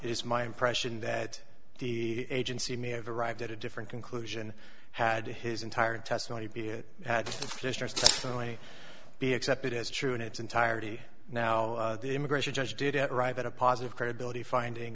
is my impression that the agency may have arrived at a different conclusion had his entire testimony be distressed only be accepted as true in its entirety now the immigration judge did it right but a positive credibility finding